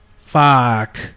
Fuck